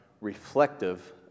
reflective